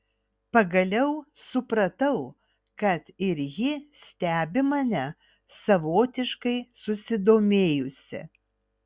pagaliau supratau kad ir ji stebi mane savotiškai susidomėjusi